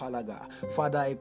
Father